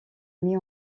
mis